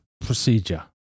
procedure